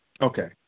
Okay